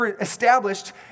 established